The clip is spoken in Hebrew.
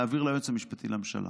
להעביר זאת ליועץ המשפטי לממשלה.